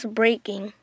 breaking